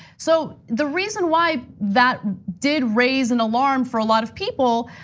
so the reason why that did raise an alarm for a lot of people,